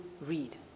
read